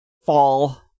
fall